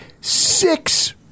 Six